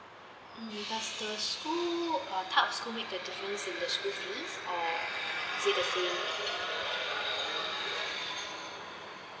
mm does the school uh types of school make the difference in the school fees or still the same